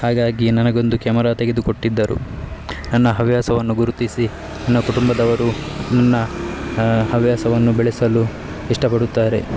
ಹಾಗಾಗಿ ನನಗೊಂದು ಕ್ಯಮರಾ ತೆಗೆದುಕೊಟ್ಟಿದ್ದರು ನನ್ನ ಹವ್ಯಾಸವನ್ನು ಗುರುತಿಸಿ ನನ್ನ ಕುಟುಂಬದವರು ನನ್ನ ಹವ್ಯಾಸವನ್ನು ಬೆಳೆಸಲು ಇಷ್ಟಪಡುತ್ತಾರೆ